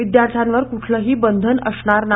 विद्यार्थ्यांवर क्ठलंही बंधन असणार नाही